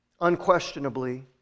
unquestionably